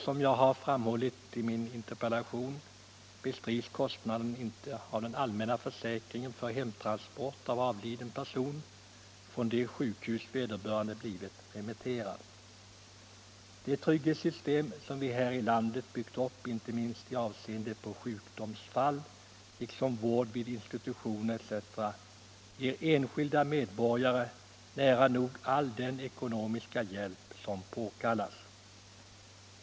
Som jag framhållit i min interpellation bestrids kostnaden för hemtransport av avliden person från det sjukhus dit vederbörande blivit remitterad inte av den allmänna försäkringen. Det trygghetssystem som vi här i landet har byggt upp inte minst med tanke på sjukdomsfall och vård vid institution etc. ger de enskilda medborgarna nära nog all den ekonomiska hjälp som påkallas.